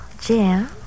Jim